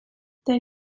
they